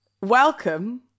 welcome